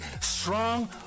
strong